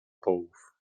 połów